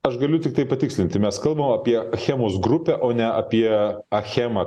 aš galiu tiktai patikslinti mes kalbam apie achemos grupę o ne apie achemą